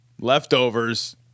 leftovers